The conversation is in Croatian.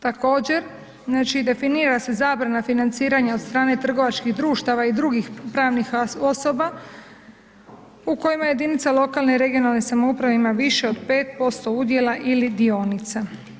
Također, definira se zabrana financiranja od strane trgovačkih društava i drugih pravnih osoba u kojima jedinice lokalne i regionalne samouprave ima više od 5% udjela ili dionica.